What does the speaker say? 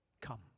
Come